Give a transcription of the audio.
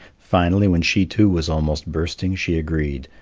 finally, when she too was almost bursting, she agreed,